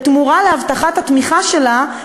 בתמורה להבטחת התמיכה שלה,